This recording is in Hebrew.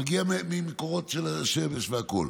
מגיעים ממקורות של שמש והכול.